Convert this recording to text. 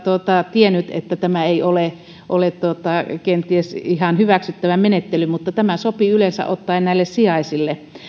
tiennyt että tämä ei ole ole kenties ihan hyväksyttävä menettely mutta tämä sopi yleensä ottaen näille sijaisille